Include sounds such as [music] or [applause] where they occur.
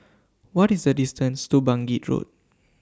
[noise] What IS The distance to Bangkit Road